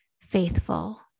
faithful